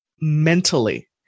mentally